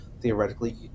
theoretically